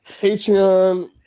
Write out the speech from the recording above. Patreon